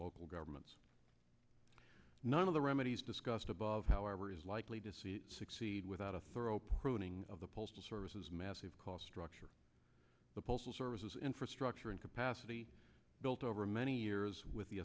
local governments none of the remedies discussed above however is likely to see it succeed without a thorough pruning of the postal services massive cost structure the postal service infrastructure and capacity built over many years with the